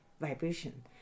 vibration